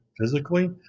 physically